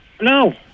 No